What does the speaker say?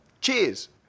Cheers